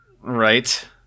Right